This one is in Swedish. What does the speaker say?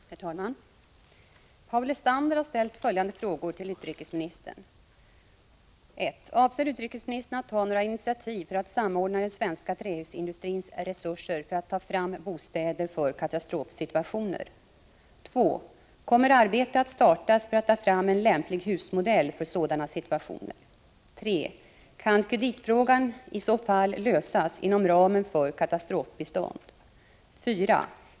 Herr talman! Paul Lestander har ställt följande frågor till utrikesministern: 1. Avser utrikesministern att ta något initiativ för att samordna den svenska trähusindustrins resurser för att ta fram bostäder för katastrofsituationer? 2. Kommer arbete att startas för att ta fram en lämplig husmodell för sådana situationer? Kan kreditfrågan i så fall lösas inom ramen för katastrofbistånd? 4.